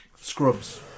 Scrubs